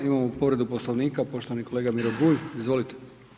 Imamo povredu Poslovnika, poštovani kolega Miro Bulj, izvolite.